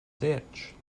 ditch